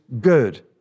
good